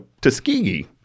Tuskegee